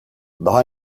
daha